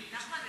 נחמן,